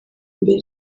mbere